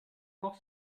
koch